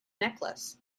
necklace